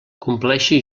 compleixi